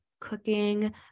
Cooking